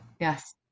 Yes